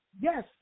Yes